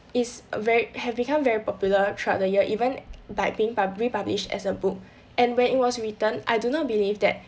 is a very have become very popular throughout the year even by being publi~ republished as a book and when it was written I do not believe that